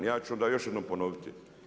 Ja ću onda još jednom ponoviti.